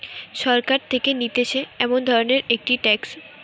সরকার থেকে নিতেছে এমন ধরণের একটি ট্যাক্স